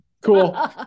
cool